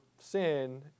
sin